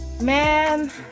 Man